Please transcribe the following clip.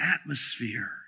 atmosphere